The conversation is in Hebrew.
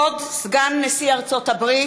כבוד סגן נשיא ארצות הברית!